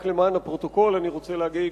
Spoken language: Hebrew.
רק למען הפרוטוקול אני רוצה להגיד